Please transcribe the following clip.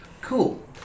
Cool